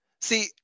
See